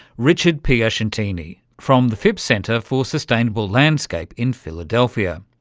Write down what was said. richard piacentini from the phipps center for sustainable landscape in philadelphia.